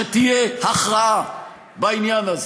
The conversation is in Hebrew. שתהיה הכרעה בעניין הזה.